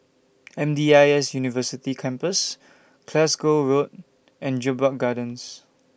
M D I S University Campus Glasgow Road and Jedburgh Gardens